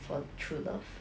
for true love